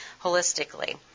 holistically